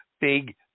big